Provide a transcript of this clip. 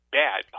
bad